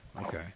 Okay